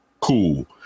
cool